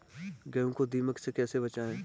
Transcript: गेहूँ को दीमक से कैसे बचाएँ?